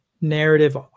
narrative